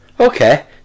Okay